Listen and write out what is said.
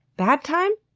bad time?